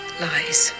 lies